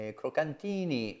crocantini